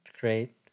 great